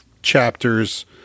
chapters